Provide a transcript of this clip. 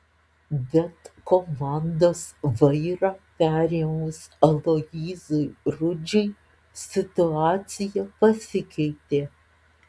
bet komandos vairą perėmus aloyzui rudžiui situacija pasikeitė